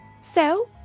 So